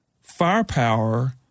firepower